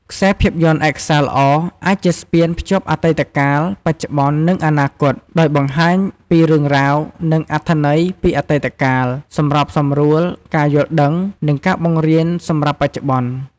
ខ្សែភាពយន្តឯកសារល្អអាចជាស្ពានភ្ជាប់អតីតកាល បច្ចុប្បន្ន និងអនាគត ដោយបង្ហាញពីរឿងរ៉ាវ និងអត្ថន័យពីអតីតកាល សម្របសម្រួលការយល់ដឹង និងការបង្រៀនសម្រាប់បច្ចុប្បន្ន។